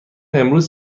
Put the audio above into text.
امروز